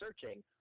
searching